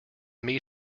meet